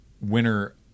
winner